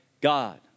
God